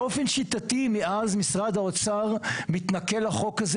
באופן שיטתי מאז משרד האוצר מתנכל לחוק הזה